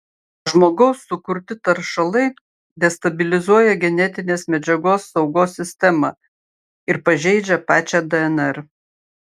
žmogaus sukurti taršalai destabilizuoja genetinės medžiagos saugos sistemą ir pažeidžia pačią dnr